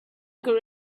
could